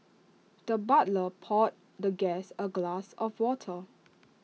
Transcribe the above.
the butler poured the guest A glass of water